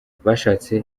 bashatse